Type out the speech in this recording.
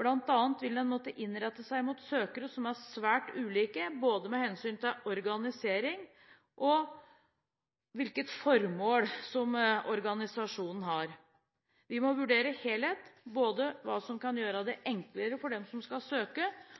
Blant annet vil den måtte innrette seg mot søkere som er svært ulike både med hensyn til organisering og hvilket formål organisasjonen har. Vi må vurdere helheten, både hva som kan gjøre det enklere for dem som skal søke,